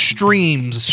Streams